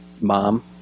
Mom